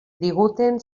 diguten